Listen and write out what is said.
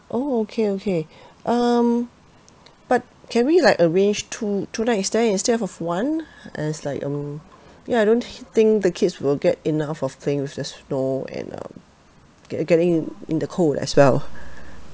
oh okay okay um but can we like arrange two two nights stay instead of one as like um ya I don't think the kids will get enough of playing with the snow and um get~ getting in in the cold as well